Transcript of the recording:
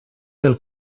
del